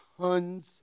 tons